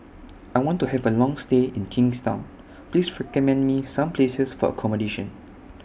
I want to Have A Long stay in Kingstown Please recommend Me Some Places For accommodation